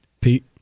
Pete